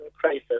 crisis